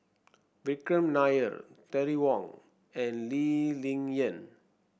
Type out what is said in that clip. Vikram Nair Terry Wong and Lee Ling Yen